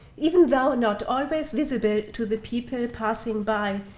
even though not always visible to the people passing by,